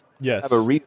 yes